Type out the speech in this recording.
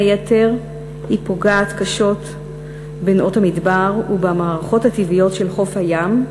בין היתר היא פוגעת קשות בנאות המדבר ובמערכות הטבעיות של חוף הים,